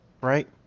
right